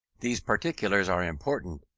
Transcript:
these particulars are important,